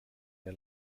der